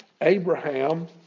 Abraham